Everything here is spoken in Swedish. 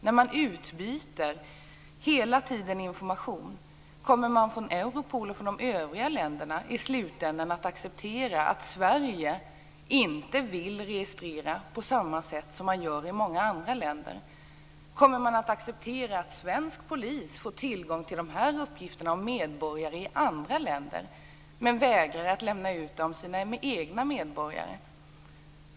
När man hela tiden utbyter information, kommer då Europol och de andra länderna i slutändan att acceptera att Sverige inte vill registrera på samma sätt som i många andra länder? Kommer man att acceptera att svensk polis får tillgång till uppgifter om medborgare i andra länder, men vägrar att lämna ut information om sina egna medborgare?